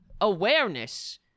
awareness